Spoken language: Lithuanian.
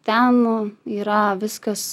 ten yra viskas